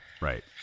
Right